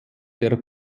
der